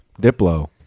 Diplo